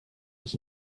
was